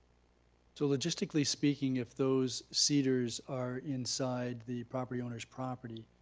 so logistically speaking, if those cedars are inside the property owner's property,